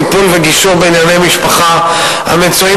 טיפול וגישור בענייני משפחה המצויים